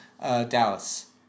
Dallas